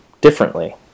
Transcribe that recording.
differently